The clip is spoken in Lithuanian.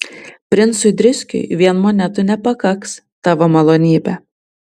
princui driskiui vien monetų nepakaks tavo malonybe